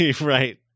Right